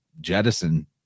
jettison